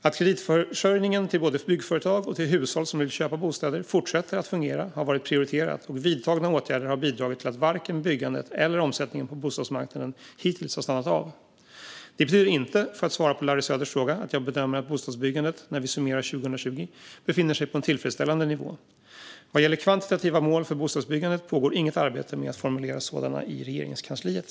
Att kreditförsörjningen både till byggföretag och till hushåll som vill köpa bostäder fortsätter att fungera har varit prioriterat, och vidtagna åtgärder har bidragit till att varken byggandet eller omsättningen på bostadsmarknaden hittills har stannat av. Detta betyder inte, för att svara på Larry Söders fråga, att jag bedömer att bostadsbyggandet när vi summerar 2020 befinner sig på en tillfredsställande nivå. Vad gäller kvantitativa mål för bostadsbyggandet pågår inget arbete med att formulera sådana i Regeringskansliet.